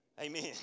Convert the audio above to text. Amen